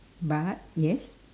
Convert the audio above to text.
but yes